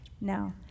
No